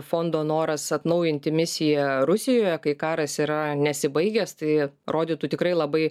fondo noras atnaujinti misiją rusijoje kai karas yra nesibaigęs tai rodytų tikrai labai